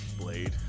Blade